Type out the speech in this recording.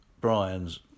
Brian's